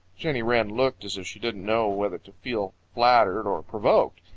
jenny wren looked as if she didn't know whether to feel flattered or provoked.